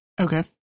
Okay